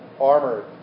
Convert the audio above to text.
armored